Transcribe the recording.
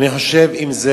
אני חושב שאם זה